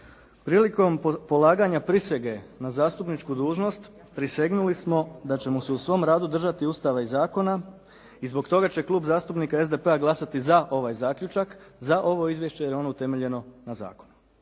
Prilikom polaganja prisege na zastupničku dužnost prisegnuli smo da ćemo se u svom radu držati Ustava i zakona i zbog toga će Klub zastupnika SDP-a glasati za ovaj zaključak, za ovo izvješće jer je ono utemeljeno na zakonu.